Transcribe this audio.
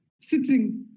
sitting